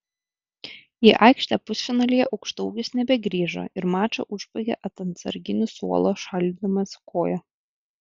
į aikštę pusfinalyje aukštaūgis nebegrįžo ir mačą užbaigė ant atsarginių suolo šaldydamas koją